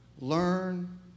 Learn